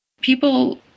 People